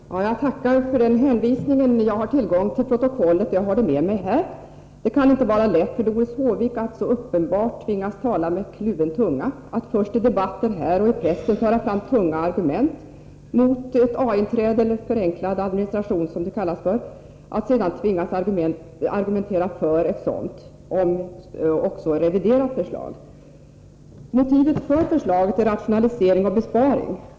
Herr talman! Jag tackar för den hänvisningen. Jag har tillgång till protokollet. Jag har det med mig här. Det kan inte vara lätt för Doris Håvik att så uppenbart tvingas tala med kluven tunga: att först i debatten här och i pressen föra fram tunga argument mot ett A-inträde med förenklad administration, som det kallas, och sedan tvingas argumentera för ett sådant, låt vara reviderat, förslag. Motivet för förslaget är rationalisering och besparing.